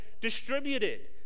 distributed